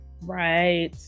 Right